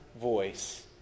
voice